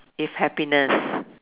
is happiness